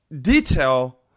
detail